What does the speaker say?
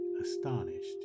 astonished